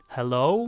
Hello